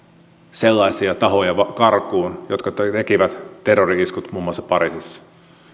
sellaisia tahoja karkuun jotka tekivät tekivät terrori iskut muun muassa pariisissa